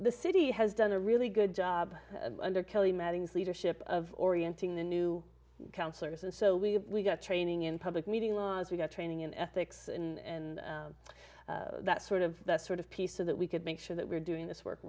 the city has done a really good job under kelly matting fleeter ship of orienting the new councillors and so we've got training in public meeting was we got training in ethics and that sort of that sort of peace so that we could make sure that we're doing this work